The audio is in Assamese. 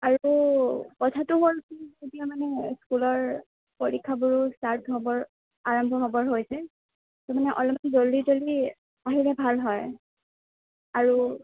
আৰু কথাটো হ'ল কি এতিয়া মানে স্কুলৰ পৰীক্ষাবোৰো ষ্টাৰ্ট হ'বৰ আৰম্ভ হ'বৰ হৈছে তাৰমানে অলপমান জলদি জলদি আহিলে ভাল হয় আৰু